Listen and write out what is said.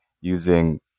using